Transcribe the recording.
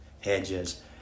hedges